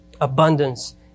abundance